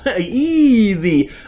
easy